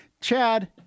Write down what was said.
Chad